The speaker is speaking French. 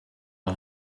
par